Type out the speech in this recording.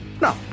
No